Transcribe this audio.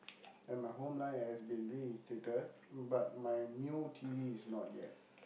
and my home line has been reinstated but my Mio T_V is not yet